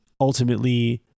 ultimately